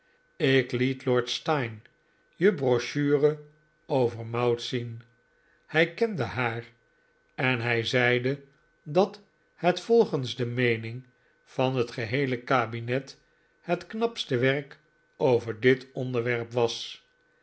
ik liet lord steyne je brochure over mout zien hij kende haar en hij zeide dat het volgens de meening van het geheele kabinet het knapste werk over dit onderwerp was